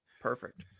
Perfect